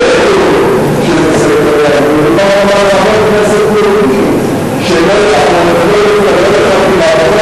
מדובר גם בחבר כנסת יהודי שלא יופיע לחקירה.